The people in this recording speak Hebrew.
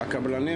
בסוף זה הקבלנים